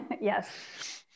Yes